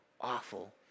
awful